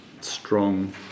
strong